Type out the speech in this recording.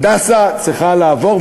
"הדסה" צריך לעבור,